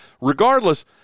Regardless